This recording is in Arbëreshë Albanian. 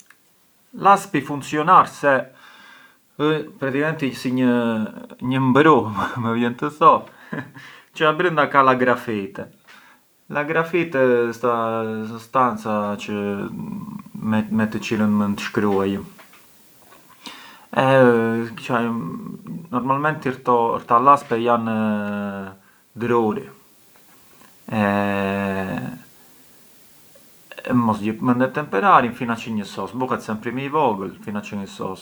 Laspi funcjonar se ë praticamenti si një mbrumë, më vjen të thom, çë abrënda ka la grafite, la grafite ë sta sostanza çë… me të çilën mënd shkruajëm, e ë… normalmenti këta laspe jan druri e mosgjë mënd e temperarjëm fina çë ngë sos, bunët më i vogël fina çë ngë sos.